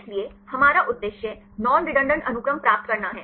इसलिए हमारा उद्देश्य नॉन रेडंडान्त अनुक्रम प्राप्त करना है